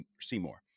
Seymour